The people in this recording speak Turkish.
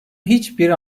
hiçbir